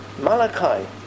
Malachi